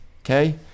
okay